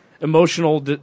emotional